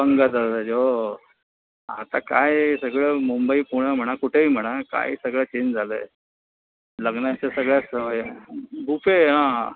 पंगत असायची हो आता काय सगळं मुंबई पुणं म्हणा कुठेही म्हणा काय सगळं चेंज झालं आहे लग्नाच्या सगळ्या सवयी बुफे हां